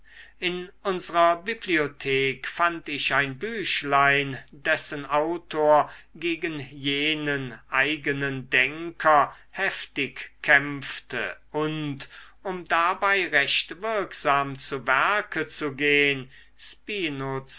in unsrer bibliothek fand ich ein büchlein dessen autor gegen jenen eigenen denker heftig kämpfte und um dabei recht wirksam zu werke zu gehen